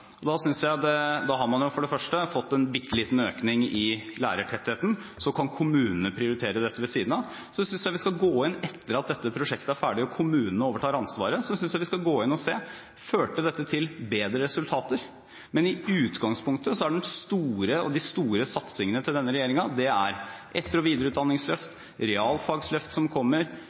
Da har man fått en bitteliten økning i lærertettheten, og kommunene kan prioritere dette ved siden av. Etter at dette prosjektet er ferdig og kommunene overtar ansvaret, synes jeg vi skal gå inn og se på om dette førte til bedre resultater. Men i utgangspunktet er de store satsingene til denne regjeringen etter- og videreutdanningsløft, realfagsløft – som kommer